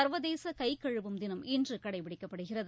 சர்வதேச கை கழுவும் தினம் இன்று கடைபிடிக்கப்படுகிறது